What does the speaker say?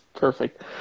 perfect